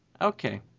Okay